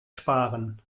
sparen